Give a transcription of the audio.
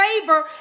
favor